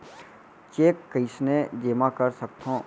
Cheque कईसने जेमा कर सकथो?